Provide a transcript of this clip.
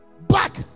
Back